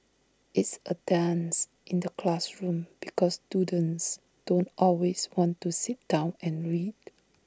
it's A dance in the classroom because students don't always want to sit down and read